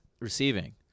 receiving